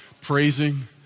praising